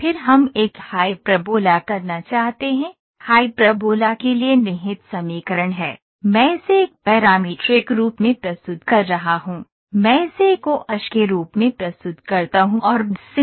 फिर हम एक हाइपरबोला करना चाहते हैं हाइपरबोला के लिए निहित समीकरण है मैं इसे एक पैरामीट्रिक रूप में प्रस्तुत कर रहा हूं मैं इसे एकॉश के रूप में प्रस्तुत करता हूंθ और bsinhθ